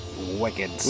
wicked